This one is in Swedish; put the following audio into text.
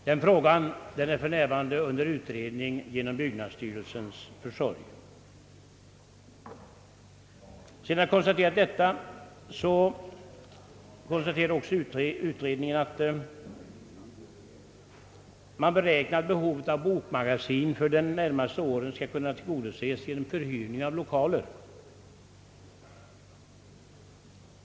Den frågan är för närvarande under utredning genom byggnadsstyrelsens försorg. Efter att ha konstaterat detta beräknar kommittén, att behovet av bokmagasin för de närmaste åren skall kunna tillgodoses genom förhyrning av lokaler.